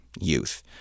youth